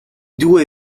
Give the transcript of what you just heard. due